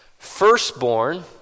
firstborn